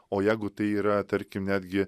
o jeigu tai yra tarkim netgi